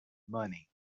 money